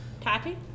Tati